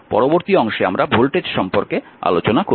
পরবর্তী অংশে ভোল্টেজ সম্পর্কে আলোচনা করা হবে